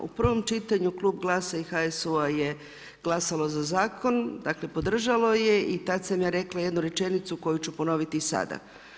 U prvom čitanju Klub GLAS-a i HSU-u je glasao za Zakon, dakle podržalo je i tad sam ja rekla jednu rečenicu koju ću ponoviti i sada.